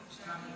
שלח לי.